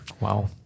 Wow